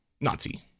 Nazi